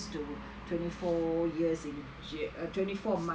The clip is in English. two twenty four years in err twenty four months not